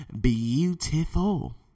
beautiful